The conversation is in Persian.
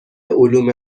علوم